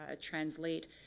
translate